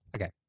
Okay